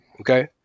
Okay